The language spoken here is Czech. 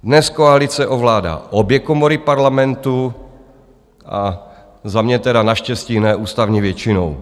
Dnes koalice ovládá obě komory Parlamentu, za mě teda naštěstí ne ústavní většinou.